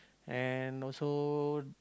and also